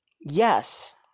yes